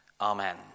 Amen